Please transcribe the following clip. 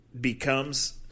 becomes